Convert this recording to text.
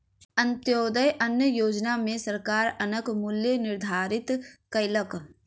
अन्त्योदय अन्न योजना में सरकार अन्नक मूल्य निर्धारित कयलक